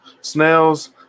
Snails